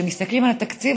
כשמסתכלים על התקציב,